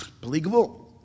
Believable